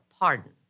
pardon